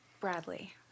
Bradley